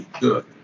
good